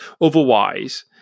otherwise